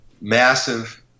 massive